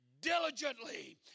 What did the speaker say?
diligently